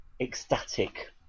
ecstatic